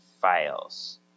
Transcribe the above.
files